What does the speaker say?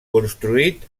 construït